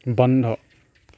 বন্ধ